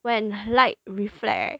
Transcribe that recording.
when light reflect right